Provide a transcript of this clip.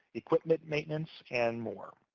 equipment maintenance, and more.